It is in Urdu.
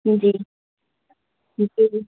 جی جی